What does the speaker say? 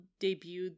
debuted